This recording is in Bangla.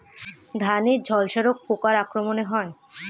ধানের ঝলসা রোগ পোকার আক্রমণে হয়?